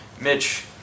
Mitch